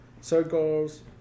circles